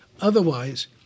Otherwise